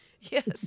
Yes